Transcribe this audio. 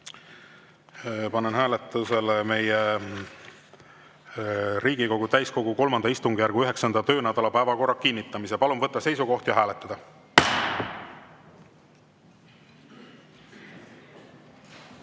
panen hääletusele Riigikogu täiskogu III istungjärgu 9. töönädala päevakorra kinnitamise. Palun võtta seisukoht ja hääletada!